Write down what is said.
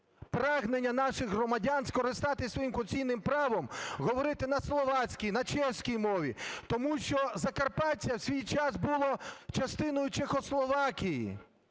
прагнення наших громадян скористатися своїм конституційним правом говорити на словацькій, на чеській мові, тому що Закарпаття в свій час було частиною Чехословакії.